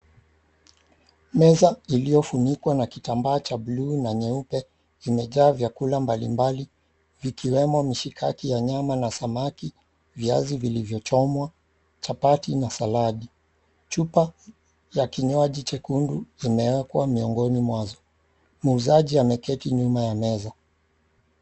Meza iliyofunikwa na kitambaa cha bluu na nyeupe, imejaa vyakula mbalimbali vikiwemo mishikaki ya nyama na samaki, viazi vilivyo chomwa, chapati na saladi. Chupa ya kinywaji chekundu imewekwa miongoni mwazo. Muuzaji ameketi nyuma ya meza.